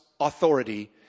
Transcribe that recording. authority